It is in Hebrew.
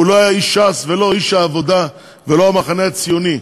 לא היה איש ש"ס ולא איש העבודה ולא המחנה הציוני.